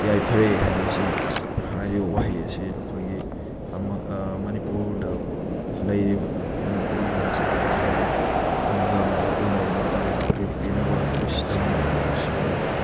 ꯌꯥꯏꯐꯔꯦ ꯍꯥꯏꯔꯤꯁꯤ ꯍꯥꯏꯔꯤꯕ ꯋꯥꯍꯩ ꯑꯁꯤ ꯑꯩꯈꯣꯏꯒꯤ ꯃꯅꯤꯄꯨꯔꯗ ꯂꯩꯔꯤꯕ ꯃꯅꯤꯄꯨꯔꯤ ꯃꯆꯥ ꯃꯈꯩꯅ ꯑꯃꯒ ꯑꯃꯒ ꯎꯅꯕ ꯃꯇꯝꯗ ꯒ꯭ꯔꯤꯠ ꯄꯤꯅꯕ ꯋꯤꯁ ꯇꯧꯅꯕ ꯁꯤꯖꯤꯟꯅꯕ